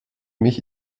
mich